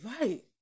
right